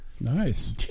Nice